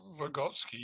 Vygotsky